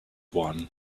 one